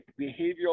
behavioral